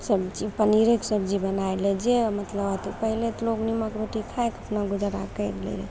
सब्जी पनीरेके सब्जी बनाय ले जे मतलब पहिले तऽ लोग नीम्मक रोटी खायके अपना गुजारा करि लै रहय